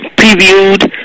previewed